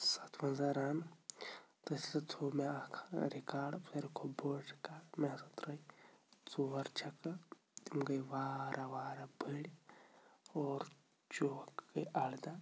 سَتھ وَنٛزاہ رَن تٔتھۍ سۭتۍ تھوٚو مےٚ اَکھ رِکاڈ ساروی کھۄت بوٚڑ رِکاڈ مےٚ ہسا ترٛٲے ژور چھَکہٕ تِم گٔے واراہ وارہ بٔڑۍ اور چوکہٕ گٔے اَرداہ